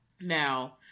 now